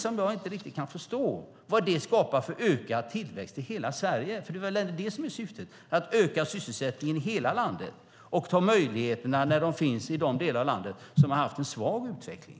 Jag kan inte riktigt förstå vad det skapar för ökad tillväxt i hela Sverige. Syftet är att öka sysselsättningen i hela landet och ta till vara möjligheterna i de delar av landet som har haft en svag utveckling.